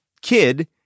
kid